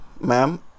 ma'am